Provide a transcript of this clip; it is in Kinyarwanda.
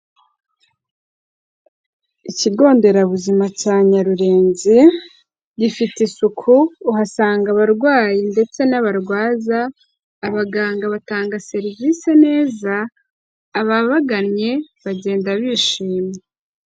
Ikigo nderabuzima cya Nyarurenzi, gifite isuku, uhasanga abarwayi ndetse n'abarwaza, abaganga batanga serivisi neza, ababagannye bagenda bishimye.